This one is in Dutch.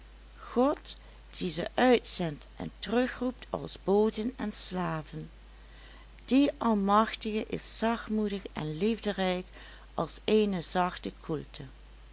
god die ze uitzendt en terugroept als boden en slaven die almachtige is zachtmoedig en liefderijk als eene zachte